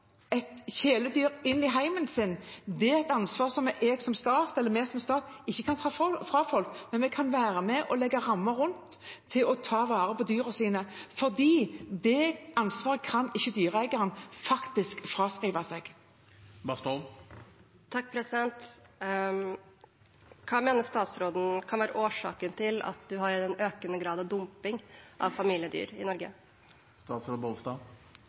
folk. Men vi kan være med og legge rammene rundt, slik at de kan ta vare på dyrene, for det ansvaret kan faktisk ikke dyreeieren fraskrive seg. Hva mener statsråden kan være årsaken til at en har en økende grad av dumping av familiedyr i